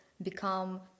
become